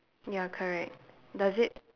ya correct does it